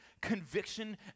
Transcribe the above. conviction